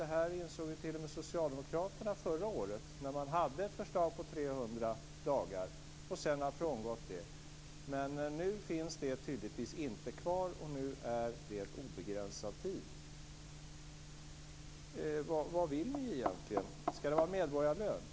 Det här insåg t.o.m. socialdemokraterna förra året, när man hade ett förslag på 300 dagar. Sedan har man frångått det. Nu finns det tydligtvis inte kvar. Nu är det obegränsad tid som gäller. Vad vill ni egentligen?